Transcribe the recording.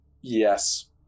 Yes